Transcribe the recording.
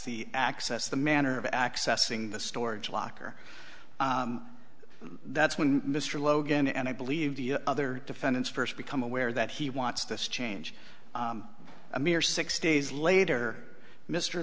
the access the manner of accessing the storage locker that's when mr logan and i believe the other defendants first become aware that he wants this change a mere six days later mr